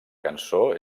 cançó